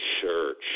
church